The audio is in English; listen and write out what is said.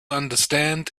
understand